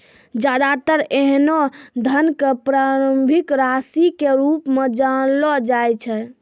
ज्यादातर ऐन्हों धन क प्रारंभिक राशि के रूप म जानलो जाय छै